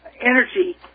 energy